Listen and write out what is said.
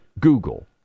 Google